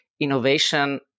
innovation